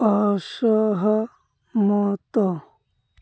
ଅସହମତ